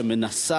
שמנסה,